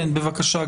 בבקשה,